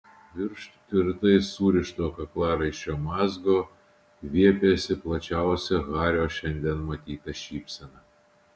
virš tvirtai surišto kaklaraiščio mazgo viepėsi plačiausia hario šiandien matyta šypsena